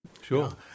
Sure